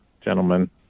gentlemen